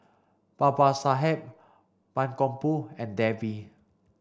Babasaheb Mankombu and Devi